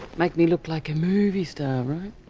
make me look like a movie star, right?